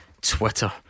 Twitter